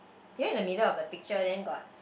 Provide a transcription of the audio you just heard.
you look in the middle of the picture then got